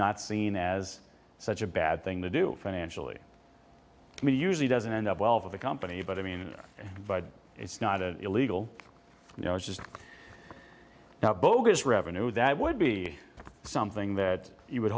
not seen as such a bad thing to do financially to me usually doesn't end up well for the company but i mean it's not an illegal you know it's just now bogus revenue that would be something that you would